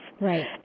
Right